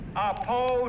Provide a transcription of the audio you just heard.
oppose